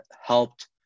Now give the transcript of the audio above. helped